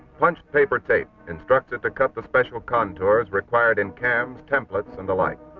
punched, paper tape instructed to cut the special contours required in cams, templates, and the like.